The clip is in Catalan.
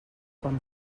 quan